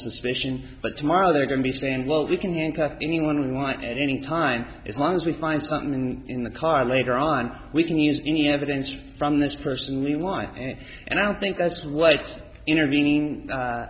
suspicion but tomorrow they're going to be saying well you can hand anyone we want at any time as long as we find something in the car later on we can use any evidence from this person knew why and i don't think that's what intervening